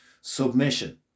submission